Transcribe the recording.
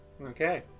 Okay